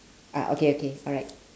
ah okay okay alright